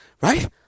right